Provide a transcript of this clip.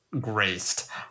graced